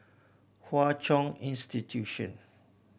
Hwa Chong Institution